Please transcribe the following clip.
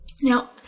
Now